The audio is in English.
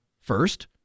First